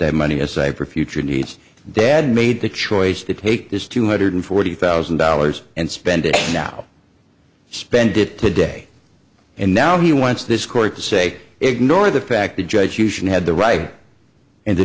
that money aside for future needs dad made the choice to take this two hundred forty thousand dollars and spend it now spend it today and now he wants this court to say ignore the fact the judge you should have the right and the